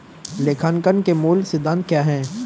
लेखांकन के मूल सिद्धांत क्या हैं?